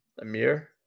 Amir